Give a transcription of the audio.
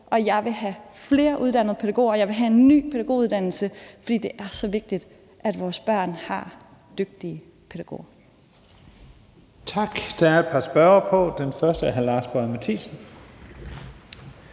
Jeg vil have flere uddannede pædagoger, og jeg vil have en ny pædagoguddannelse, for det er så vigtigt, at vores børn har dygtige pædagoger. Kl. 15:30 Første næstformand (Leif Lahn